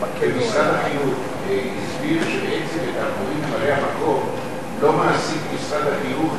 ומשרד החינוך הסביר שבעצם את המורים ממלאי-המקום לא מעסיק משרד החינוך,